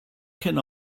can